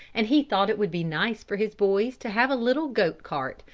and he thought it would be nice for his boys to have a little goat cart,